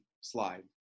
slide